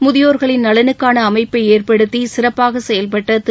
முதியோர்களின் நலனுக்கான அமைப்பை ஏற்படுத்தி சிறப்பாக செயவ்பட்ட திரு